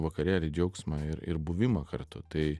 vakarėlį džiaugsmą ir ir buvimą kartu tai